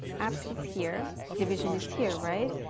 apps is here, division is here, right?